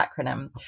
acronym